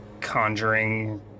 conjuring